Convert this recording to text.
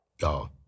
Y'all